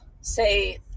say